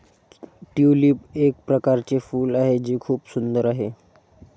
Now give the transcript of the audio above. tulip एक प्रकारचे फूल आहे जे खूप सुंदर आहे